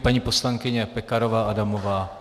Paní poslankyně Pekarová Adamová.